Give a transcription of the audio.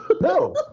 No